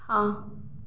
हाँ